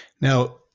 Now